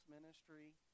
ministry